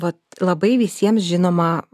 vat labai visiem žinomą